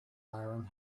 iron